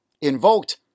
invoked